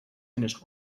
finished